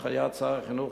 בהנחיית שר החינוך,